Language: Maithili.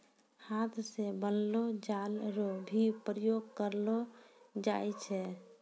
हाथ से बनलो जाल रो भी प्रयोग करलो जाय छै